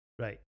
right